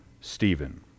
Stephen